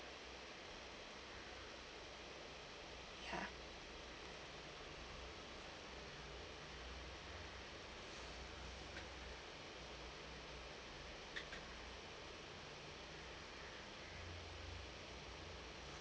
yeah